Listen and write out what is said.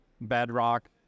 bedrock